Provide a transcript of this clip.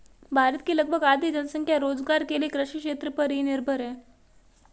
भारत की लगभग आधी जनसंख्या रोज़गार के लिये कृषि क्षेत्र पर ही निर्भर है